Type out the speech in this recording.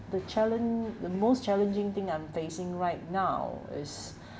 the challenge the most challenging thing I'm facing right now is